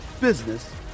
business